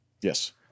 yes